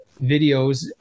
videos